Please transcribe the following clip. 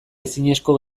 ezinezko